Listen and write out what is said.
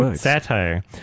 Satire